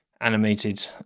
animated